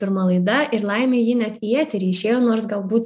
pirma laida ir laimė ji net į eterį išėjo nors galbūt